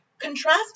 Contrast